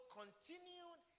continued